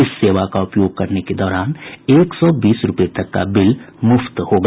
इस सेवा का उपयोग करने के दौरान एक सौ बीस रूपये तक का बिल मुफ्त होगा